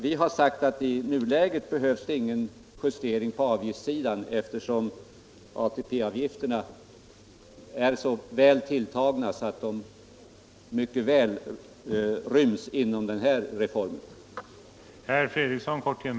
Vi har sagt att det i nuläget inte behövs någon justering av ATP-avgifterna, eftersom dessa är så väl tilltagna att de mycket väl räcker till för denna reform.